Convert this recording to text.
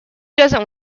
doesn’t